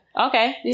Okay